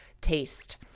taste